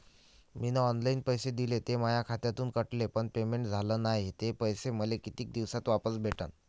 मीन online पैसे दिले, ते माया खात्यातून कटले, पण पेमेंट झाल नायं, ते पैसे मले कितीक दिवसात वापस भेटन?